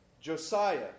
Josiah